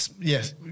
Yes